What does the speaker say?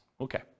Okay